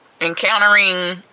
Encountering